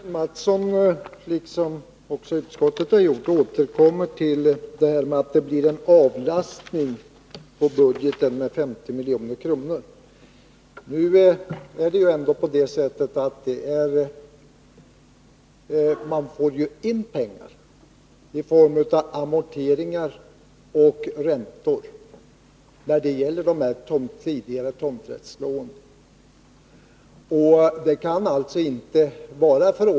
Herr talman! Kjell Mattsson återkommer — liksom också utskottet har gjort — till att det blir en avlastning på budgeten med 50 milj.kr. Nu är det ändå så att man får in pengar i form av amorteringar och räntor när det gäller de tidigare tomträttslånen.